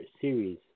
series